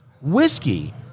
whiskey